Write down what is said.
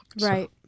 Right